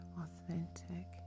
authentic